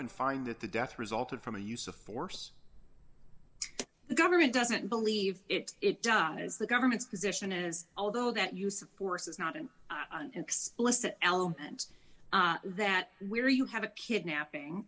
and find that the death resulted from a use of force the government doesn't believe it's done as the government's position is although that use of force is not an explicit element that where you have a kidnapping